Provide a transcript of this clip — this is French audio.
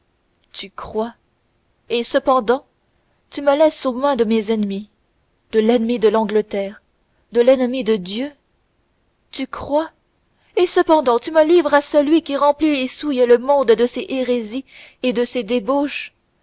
tu crois et cependant tu me laisses aux mains de mes ennemis de l'ennemi de l'angleterre de l'ennemi de dieu tu crois et cependant tu me livres à celui qui remplit et souille le monde de ses hérésies et de ses débauches